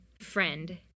friend